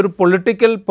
political